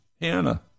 Hannah